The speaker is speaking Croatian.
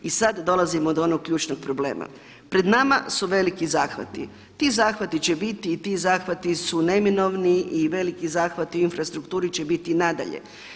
I sad dolazimo do onog ključnog problema, pred nama su veliki zahvati, ti zahvati će biti i ti zahvati su neminovni i veliki zahvati u infrastrukturi će biti nadalje.